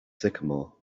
sycamore